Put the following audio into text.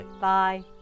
Bye